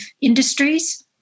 industries